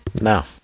No